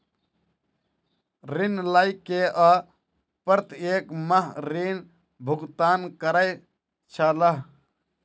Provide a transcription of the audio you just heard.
ऋण लय के ओ प्रत्येक माह ऋण भुगतान करै छलाह